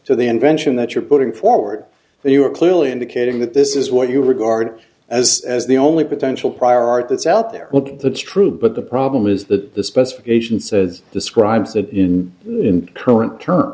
to the invention that you're putting forward and you are clearly indicating that this is what you regard as as the only potential prior art that's out there look that's true but the problem is that the specification says describes it in current term